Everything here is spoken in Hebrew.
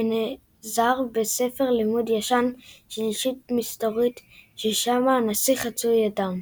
ונעזר בספר לימוד ישן של ישות מסתורית ששמה "הנסיך חצוי הדם".